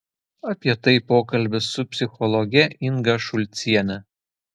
apie tai pokalbis su psichologe inga šulciene